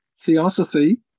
Theosophy